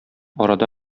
арада